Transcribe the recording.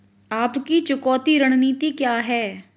आपकी चुकौती रणनीति क्या है?